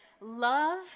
Love